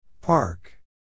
Park